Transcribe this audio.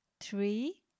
three